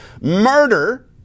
murder